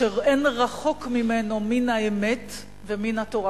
שאין רחוק ממנו מן האמת ומן התורה